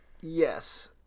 Yes